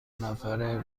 نفره